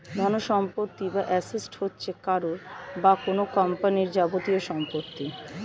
ধনসম্পত্তি বা অ্যাসেট হচ্ছে কারও বা কোন কোম্পানির যাবতীয় সম্পত্তি